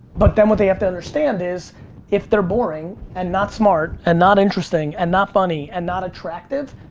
but then what they have to understand is if they're boring, and not smart, and not interesting, and not funny, and not attractive,